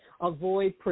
Avoid